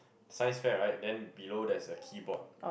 Science fair right then below there is a keyboard